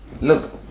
look